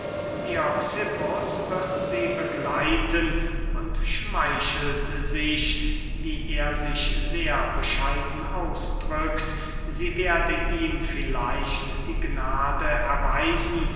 dioxippus wird sie begleiten und schmeichelt sich wie er sich sehr bescheiden ausdrückt sie werde ihm vielleicht die gnade erweisen